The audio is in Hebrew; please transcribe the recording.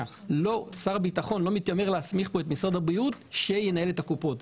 שר הביטחון לא מתיימר להסמיך כאן את משרד הבריאות שינהל את הקופות.